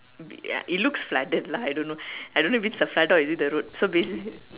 be uh it looks like the I don't know I don't know if flooded or is it the road so basically